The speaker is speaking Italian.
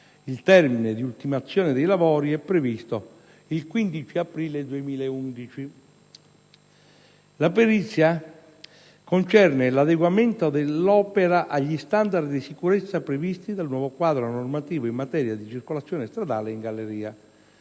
Il termine di ultimazione dei lavori è previsto al 15 aprile 2011. La perizia concerne l'adeguamento dell'opera agli standard di sicurezza previsti dal nuovo quadro normativo in materia di circolazione stradale in galleria.